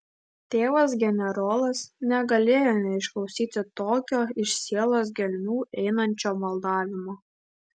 tėvas generolas negalėjo neišklausyti tokio iš sielos gelmių einančio maldavimo